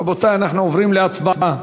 רבותי, אנחנו עוברים להצבעה.